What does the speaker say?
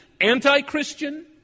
anti-Christian